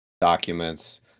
documents